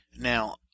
Now